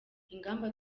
ingamba